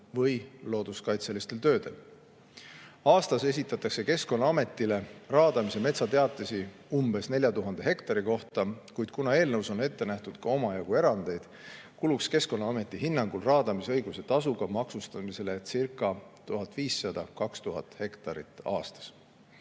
või looduskaitselistel töödel. Aastas esitatakse Keskkonnaametile raadamise metsateatisi umbes 4000 hektari kohta, kuid kuna eelnõus on ette nähtud ka omajagu erandeid, kuluks Keskkonnaameti hinnangul raadamisõiguse tasuga maksustamisele1500–2000 hektarit aastas.